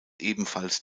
ebenfalls